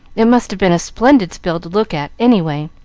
it must have been a splendid spill to look at, any way.